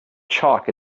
chalk